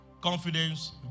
confidence